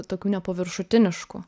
tokių nepaviršutiniškų